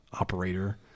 operator